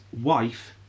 wife